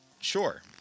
Sure